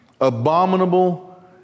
abominable